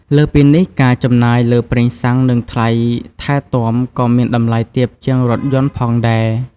លើសពីនេះ ការចំណាយលើប្រេងសាំងនិងថ្លៃថែទាំក៏មានតម្លៃទាបជាងរថយន្តផងដែរ។